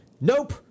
nope